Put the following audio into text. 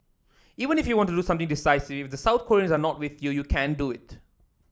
even if you want to do something decisive if the South Koreans are not with you you can't do it